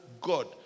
God